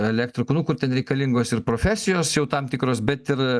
elektrikų nu kur ten reikalingos ir profesijos jau tam tikros bet ir